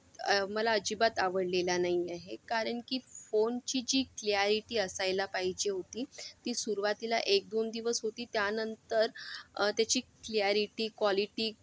मला अजिबात आवडलेला नाही आहे कारण की फोनची जी क्लियारिटी असायला पाहिजे होती ती सुरुवातीला एक दोन दिवस होती त्यानंतर त्याची क्लियारिटी क्वालिटी